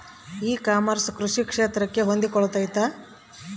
E commerce ಕೃಷಿ ಕ್ಷೇತ್ರಕ್ಕೆ ಹೊಂದಿಕೊಳ್ತೈತಾ?